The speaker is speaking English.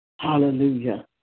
Hallelujah